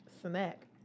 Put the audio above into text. snack